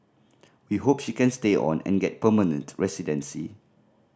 we hope she can stay on and get permanent residency